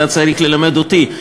אתה צריך ללמד אותי,